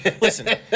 Listen